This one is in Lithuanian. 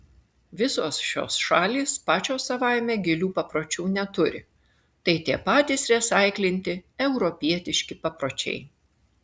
visos šios šalys pačios savaime gilių papročių neturi tai tie patys resaiklinti europietiški papročiai